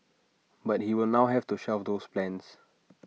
but he will now have to shelve those plans